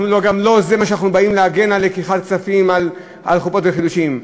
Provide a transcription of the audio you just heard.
אנחנו גם לא באים להגן על לקיחת כספים על חופות וקידושין.